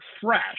fresh